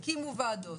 הקימו ועדות,